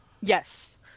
Yes